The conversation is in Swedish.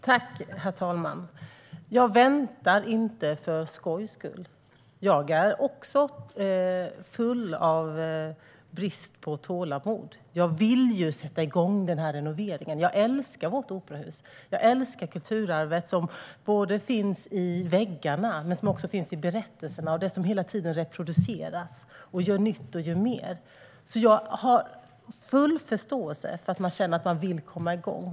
Herr talman! Jag väntar inte för skojs skull. Jag har också brist på tålamod, för jag vill ju sätta igång den här renoveringen. Jag älskar vårt operahus, och jag älskar kulturarvet som finns både i väggarna och i berättelserna och det som hela tiden reproduceras och blir till något nytt och mer. Jag har alltså full förståelse för att man känner att man vill komma igång.